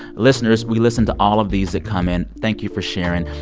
listeners, we listen to all of these that come in. thank you for sharing.